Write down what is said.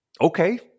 Okay